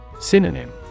Synonym